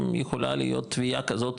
יכולה להיות תביעה כזאת,